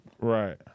Right